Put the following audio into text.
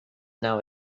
now